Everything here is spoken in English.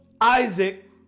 Isaac